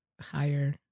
higher